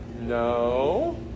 No